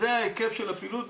זה ההיקף של הפעילות.